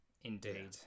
Indeed